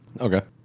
Okay